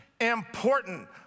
important